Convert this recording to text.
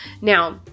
Now